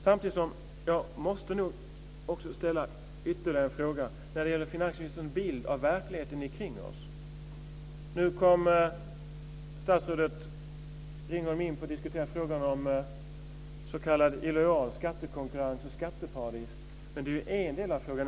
Samtidigt måste jag nog också ställa ytterligare en fråga när det gäller finansministerns bild av verkligheten omkring oss. Statsrådet Ringholm kom in på att diskutera frågan om s.k. illojal skattekonkurrens och skatteparadis. Men det är ju en del av frågan.